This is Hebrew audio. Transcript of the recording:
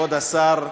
כבוד השר,